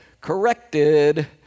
corrected